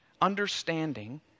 understanding